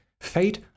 fate